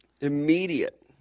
Immediate